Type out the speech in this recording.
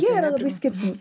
jie yra labai skirtingi